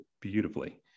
beautifully